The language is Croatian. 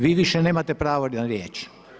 Vi više nemate pravo na riječ.